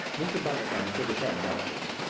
mr. bundercombe shook his head doubtfully.